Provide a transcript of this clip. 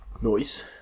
Noise